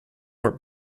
were